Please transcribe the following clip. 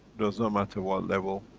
does not matter what level.